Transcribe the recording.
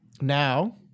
now